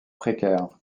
précaire